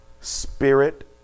spirit